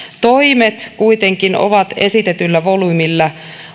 toimet kuitenkin ovat esitetyllä volyymilla